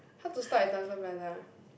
how to stop at Thomson Plaza